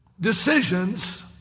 Decisions